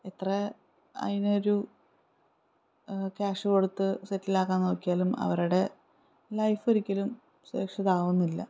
അത്ര അതിനൊരു ക്യാഷ് കൊടുത്ത് സെറ്റിലാക്കാൻ നോക്കിയാലും അവരുടെ ലൈഫൊരിക്കലും സേഫ് ഇതാവുന്നില്ല